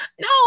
No